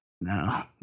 No